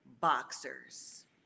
boxers